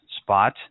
spot